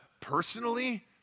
personally